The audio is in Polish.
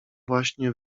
właśnie